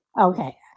Okay